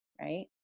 right